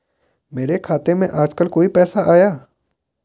मेरे खाते में आजकल कोई पैसा आया?